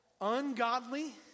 Ungodly